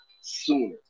sooner